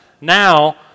Now